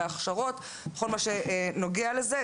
הכשרות וכל מה שנוגע בזה.